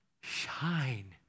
shine